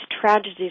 tragedies